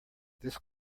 this